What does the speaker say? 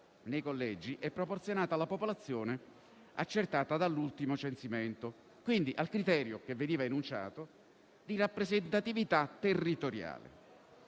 nei collegi è proporzionata alla popolazione accertata dall'ultimo censimento» e quindi al criterio, che veniva enunciato, «di rappresentatività territoriale,